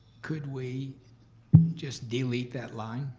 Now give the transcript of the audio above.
could we just delete that line?